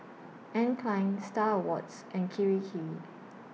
Anne Klein STAR Awards and Kirei Kirei